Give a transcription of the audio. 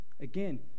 again